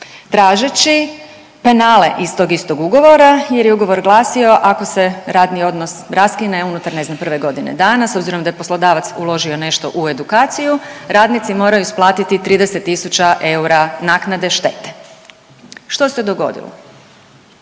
tražeći penale iz tog istog ugovora jer je ugovor glasio ako se radni odnos raskine unutar ne znam prve godine dana s obzirom da je poslodavac uložio nešto u edukaciju radnici moraju isplatiti 30 tisuća eura naknade štete. Što se dogodilo?